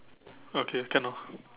okay can ah